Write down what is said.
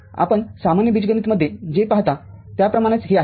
आपण सामान्य बीजगणित मध्ये जे पहाता त्याप्रमाणेच हे आहे